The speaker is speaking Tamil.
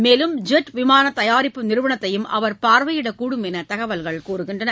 மேலும் ஜெட் விமானதயாரிப்பு நிறுவனத்தையும் அவர் பார்வையிடக்கூடும் எனதகவல்கள் தெரிவிக்கின்றன